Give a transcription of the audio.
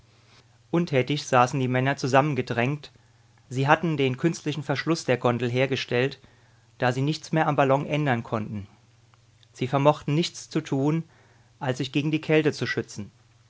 untätig saßen die männer zusammengedrängt sie hatten den künstlichen verschluß der gondel hergestellt da sie nichts mehr am ballon ändern konnten sie vermochten nichts zu tun als sich gegen die kälte zu schützen